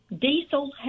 Diesel